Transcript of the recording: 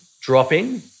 dropping